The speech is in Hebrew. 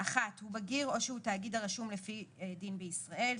הוא בגיר או שהוא תאגיד הרשום לפי דין בישראל,